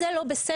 זה לא בסדר,